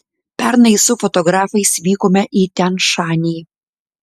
pernai su fotografais vykome į tian šanį